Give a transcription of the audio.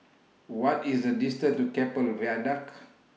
What IS The distance to Keppel Viaduct